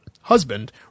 husband